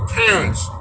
parents